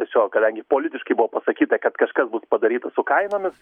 tiesiog kadangi politiškai buvo pasakyta kad kažkas bus padaryta su kainomis